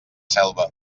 selva